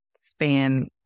span